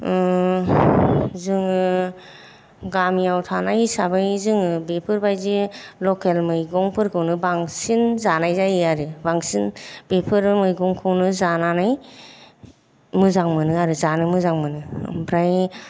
जोङो गामियाव थानाय हिसाबै जोङो बेफोरबायदि लकेल मैगंफोरखौनो बांसिन जानाय जायो आरो बांसिन बेफोरो मैगंखौनो जानानै मोजां मोनो आरो जानो मोजां मोनो ओमफ्राय